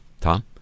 Tom